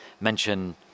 mention